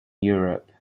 europe